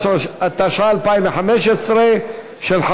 הופכת להצעה לסדר-היום ותועבר